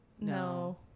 No